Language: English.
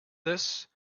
this